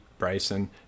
Bryson